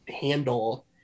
handle